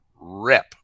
rip